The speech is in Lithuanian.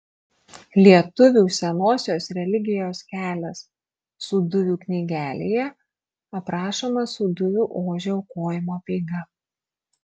lietuvių senosios religijos kelias sūduvių knygelėje aprašoma sūduvių ožio aukojimo apeiga